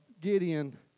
Gideon